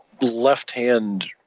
left-hand